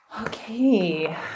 Okay